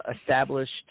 established